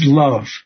love